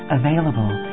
available